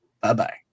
bye-bye